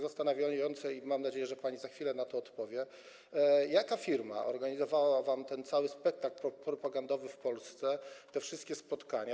Zastanawiające jest to, mam nadzieję, że pani za chwilę na to odpowie, jaka firma organizowała wam ten cały spektakl propagandowy w Polsce, te wszystkie spotkania.